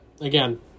Again